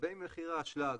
לגבי מחיר האשלג,